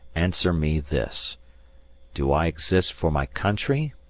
answer me this do i exist for my country,